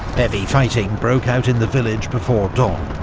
heavy fighting broke out in the village before dawn.